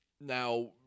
now